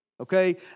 Okay